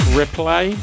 replay